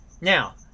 now